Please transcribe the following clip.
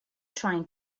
trying